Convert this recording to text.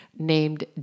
named